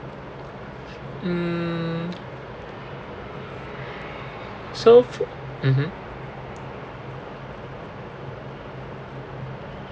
mm so fo~ mmhmm